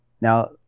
now